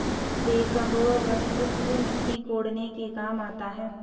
backhoe वस्तुतः मिट्टी कोड़ने के काम आता है